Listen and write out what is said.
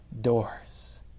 doors